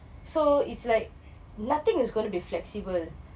so it's like nothing is going to be flexible